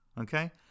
Okay